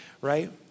right